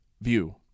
view